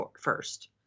first